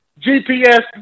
GPS